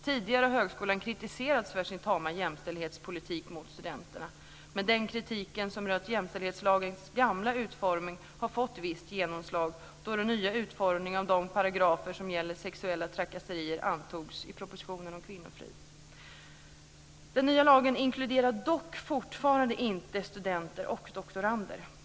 Tidigare har högskolan kritiserats för sin tama jämställdhetspolitik mot studenterna. Men den kritik som rört jämställdhetslagens gamla utformning har fått visst genomslag då den nya utformningen av de paragrafer som gäller sexuella trakasserier antogs i och med propositionen om kvinnofrid. Den nya lagen inkluderar dock fortfarande inte studenter och doktorander.